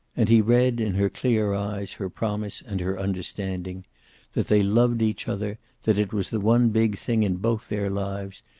and he read in her clear eyes her promise and her understanding that they loved each other, that it was the one big thing in both their lives,